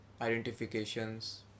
identifications